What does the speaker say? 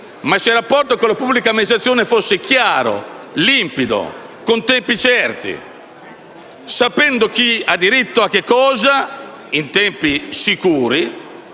se il rapporto con la pubblica amministrazione fosse chiaro, limpido, con tempi certi, se si sapesse chi ha diritto a cosa in tempi sicuri